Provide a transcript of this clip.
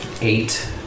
Eight